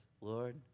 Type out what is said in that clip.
Lord